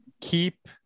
Keep